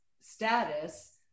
status